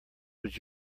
would